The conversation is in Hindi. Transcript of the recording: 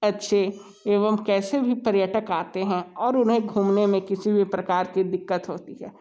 अच्छे एवं कैसे भी पर्यटक आते हैं और उन्हें घूमने में किसी भी प्रकार की दिक्कत होती है